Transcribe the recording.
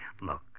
Look